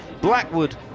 Blackwood